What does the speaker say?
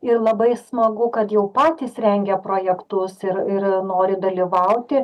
ir labai smagu kad jau patys rengia projektus ir ir nori dalyvauti